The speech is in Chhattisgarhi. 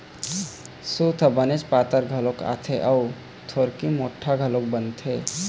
सूत ह बनेच पातर घलोक आथे अउ थोरिक मोठ्ठा घलोक बनथे